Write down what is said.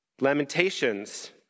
Lamentations